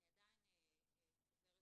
אני חוזרת